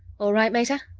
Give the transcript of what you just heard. all right, meta?